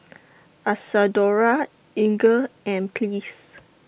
Isadora Inger and Pleas